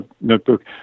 notebook